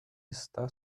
está